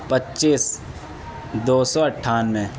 پچیس دو سو اٹھانوے